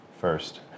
first